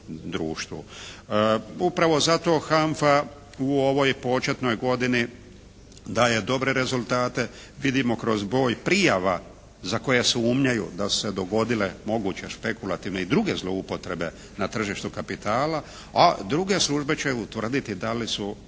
Upravo zato HANFA u ovoj početnoj godini daje dobre rezultate, vidimo kroz broj prijava za koje sumnjaju da su se dogodile moguće špekulativne i druge zloupotrebe na tržištu kapitala, a druge službe će utvrditi da li su